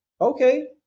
Okay